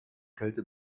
kälte